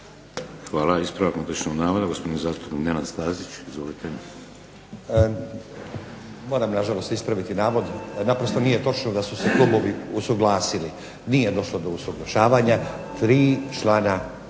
Hvala. Ispravak netočnog navoda gospodin zastupnik Nenad Stazić. Izvolite. **Stazić, Nenad (SDP)** Moram nažalost ispraviti navod, naprosto nije točno da su se klubovi usuglasili. Nije došlo do usuglašavanja. Tri člana